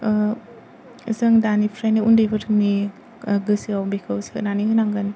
जों दानिफ्रायनो उन्दैफोरनि गोसोआव बेखौ सोनानै होनांगोन